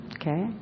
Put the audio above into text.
okay